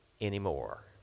Anymore